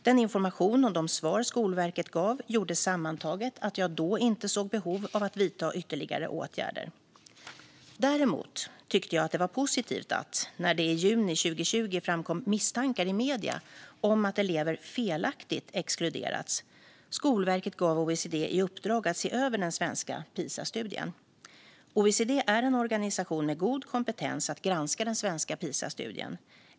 Den information och de svar Skolverket gav gjorde sammantaget att jag då inte såg behov av att vidta ytterligare åtgärder. Däremot tyckte jag att det var positivt att Skolverket gav OECD i uppdrag att se över den svenska Pisastudien när det i juni 2020 framkom misstankar i medier om att elever felaktigt exkluderats. OECD är en organisation med god kompetens att granska den svenska Pisastudien.